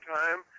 time